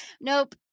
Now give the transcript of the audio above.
nope